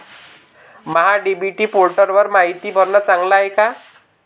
महा DBT पोर्टलवर मायती भरनं चांगलं हाये का?